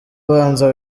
banza